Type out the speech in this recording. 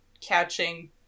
catching